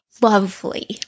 lovely